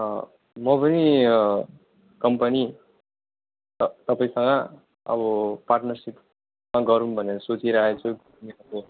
अँ म पनि कम्पनी त तपाईँसँग अब पार्टनरसिप गरौँ भनेर सोचिरहेको छु किन अब